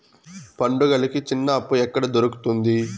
పండుగలకి చిన్న అప్పు ఎక్కడ దొరుకుతుంది